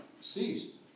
ceased